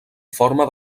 forma